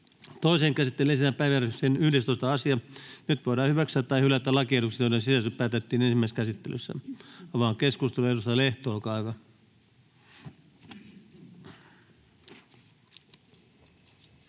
Toiseen käsittelyyn esitellään päiväjärjestyksen 11. asia. Nyt voidaan hyväksyä tai hylätä lakiehdotukset, joiden sisällöstä päätettiin ensimmäisessä käsittelyssä. — Avaan keskustelun. Edustaja Lehto, olkaa hyvä.